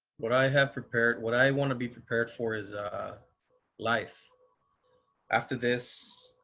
what i have prepared. what i want to be prepared for is a life after this.